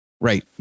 Right